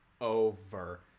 over